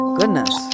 goodness